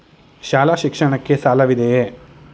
ಶಾಲಾ ಶಿಕ್ಷಣಕ್ಕೆ ಸಾಲವಿದೆಯೇ?